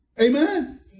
amen